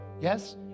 Yes